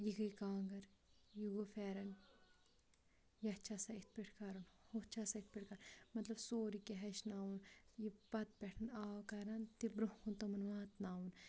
یہِ گٔے کانٛگٕر یہِ گوٚو پھٮ۪رَن یَتھ چھِ آسان یِتھ پٲٹھی کَرُن ہُتھ چھِ آسان یِتھ پٲٹھۍ کَرُن مطلب سورُے کینٛہہ ہیٚچھناوُن یہِ پَتہٕ پٮ۪ٹھٕ آو کَران تہِ برونٛہہ کُن تِمَن واتناوُن